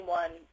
one